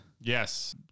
Yes